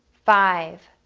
five,